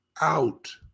out